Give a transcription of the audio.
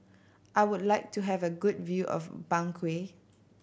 I would like to have a good view of Bangui